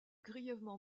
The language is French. grièvement